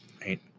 Right